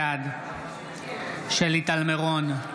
בעד שלי טל מירון,